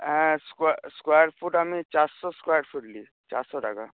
হ্যাঁ square square foot আমি চারশো স্কোয়ারফুট নিই চারশো টাকা